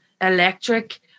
electric